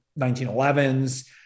1911s